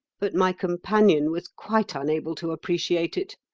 but my companion was quite unable to appreciate it.